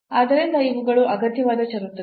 ಆದ್ದರಿಂದ ಇವುಗಳು ಅಗತ್ಯವಾದ ಷರತ್ತುಗಳು